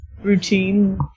Routine